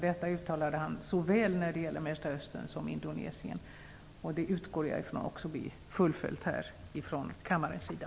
Detta uttalade han när det gäller såväl Mellersta Östern som Indonesien, och det utgår jag också från blir fullföljt från kammarens sida.